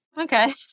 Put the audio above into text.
Okay